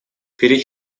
перед